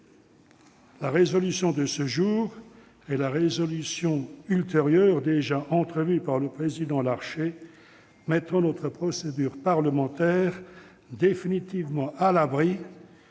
La résolution de ce jour et la résolution ultérieure, déjà entrevue par le président Larcher, mettront notre procédure parlementaire définitivement à l'abri